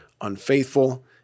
unfaithful